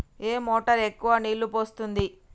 ఏ motor ఎక్కువ నీళ్లు పోస్తుంది?